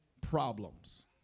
problems